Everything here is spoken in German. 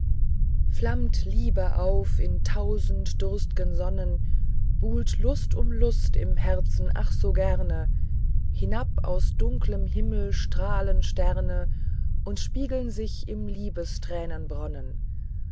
flammt liebe auf in tausend durst'gen sonnen buhlt lust um lust im herzen ach so gerne hinab aus dunklem himmel strahlen sterne und spiegeln sich im